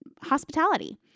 hospitality